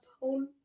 phone